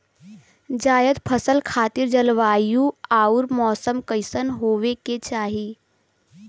जायद फसल खातिर जलवायु अउर मौसम कइसन होवे के चाही?